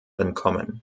entkommen